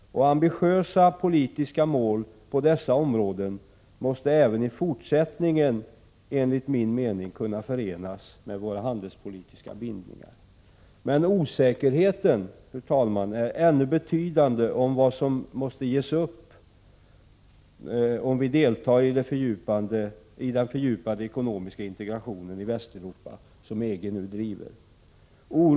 Ambitiösa politiska mål på dessa områden måste även i fortsättningen enligt min mening kunna förenas med våra handelspolitiska bindningar, Men osäkerheten, fru talman, är ännu betydande beträffande vad som måste ges upp om vi deltar i den fördjupade ekonomiska integration i Västeuropa som EG nu driver fram.